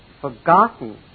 forgotten